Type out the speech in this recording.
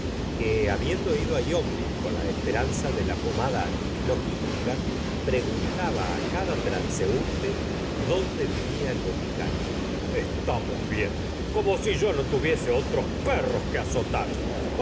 habiendo ido á yonville con la esperanza de la pomada antiflogística preguntaba á cada transeunte dónde vivía el boticario estamos bien como si yo no tuviese otros perros que azotar